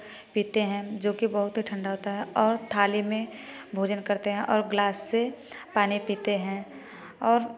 पीते हैं जो कि बहुत ही ठंडा होता है और थाली में भोजन करते हैं और गिलास से पानी पीते हैं और